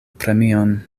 premion